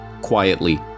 quietly